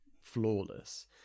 flawless